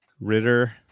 Ritter